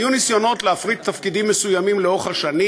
היו ניסיונות להפריט תפקידים מסוימים לאורך השנים.